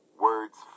Words